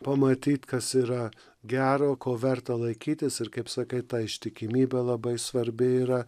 pamatyt kas yra gero ko verta laikytis ir kaip sakai ta ištikimybė labai svarbi yra